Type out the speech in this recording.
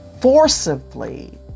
forcibly